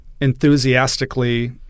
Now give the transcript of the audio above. enthusiastically